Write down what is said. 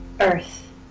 earth